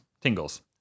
tingles